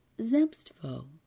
Zemstvo